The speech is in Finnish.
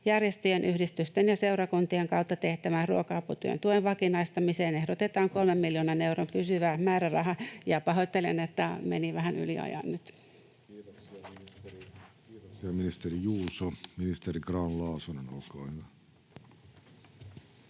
Järjestöjen, yhdistysten ja seurakuntien kautta tehtävän ruoka-aputyön tuen vakinaistamiseen ehdotetaan 3 miljoonan euron pysyvää määrärahaa. — Ja pahoittelen, että meni vähän yliajalle nyt. Kiitoksia, ministeri Juuso. — Ministeri Grahn-Laasonen, olkaa hyvä.